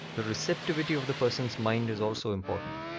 the receptivity of the person's mind is also important.